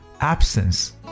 absence